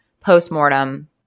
post-mortem